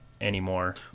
anymore